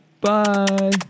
Bye